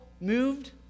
moved